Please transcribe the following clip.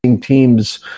teams